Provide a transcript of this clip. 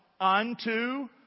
unto